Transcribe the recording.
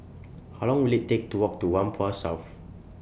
How Long Will IT Take to Walk to Whampoa South